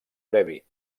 previ